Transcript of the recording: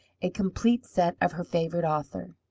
a complete set of her favourite author.